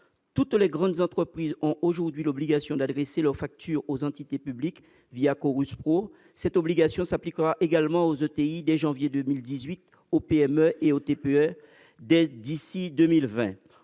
Toutes les grandes entreprises ont aujourd'hui l'obligation d'adresser leurs factures aux entités publiques Chorus Pro ; cette obligation s'appliquera également aux ETI dès janvier 2018, aux PME et aux TPE d'ici à 2020.